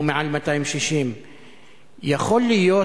הוא מעל 260. יכול להיות,